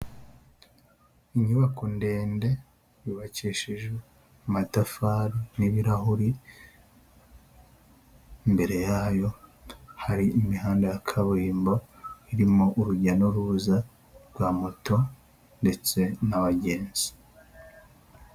Inyubako ndende yubakishijeje amatafari n'ibirahuri, imbere yayo hari imihanda ya kaburimbo irimo urujya n'uruza rwa moto ndetse n'abagenzi.